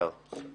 שלום,